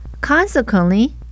consequently